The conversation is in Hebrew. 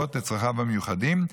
לרבות צרכיו המיוחדים,